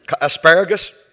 Asparagus